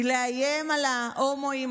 היא לאיים על ההומואים,